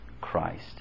Christ